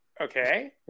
okay